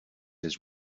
his